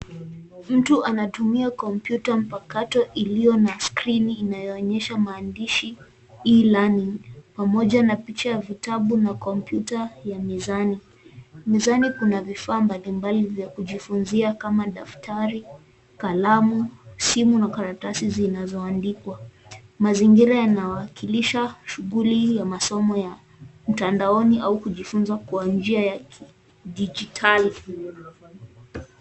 Mtu anatumia kompyuta mpakato iliyo na skrini inayoonyesha maandishi [c.s] E-learning pamoja na picha ya vitabu na kompyuta ya mezani. Mezani kuna vifaa mbalimbali vya kujifunzia kama daftari, simu na karatasi zinazoandikwa. Mazingira yanawakilisha shughuli ya masomo ya mtandaoni au kujifunza kwa njia ya kidigitali.